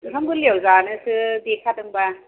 ओंखाम गोरलैयाव जानोसो देखादों बा